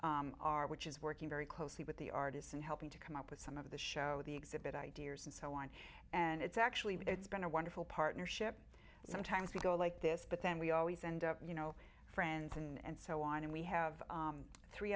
strengths are which is working very closely with the artists and helping to come up with some of the show the exhibit ideas and so on and it's actually it's been a wonderful partnership and sometimes we go like this but then we always end up you know friends and so on and we have three